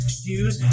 shoes